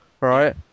Right